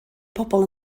pobl